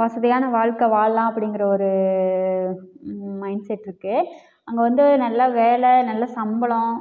வசதியான வாழ்க்கை வாழலாம் அப்படிங்கிற ஒரு மைண்ட்செட் இருக்குது அங்கே வந்து நல்ல வேலை நல்ல சம்பளம்